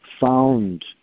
found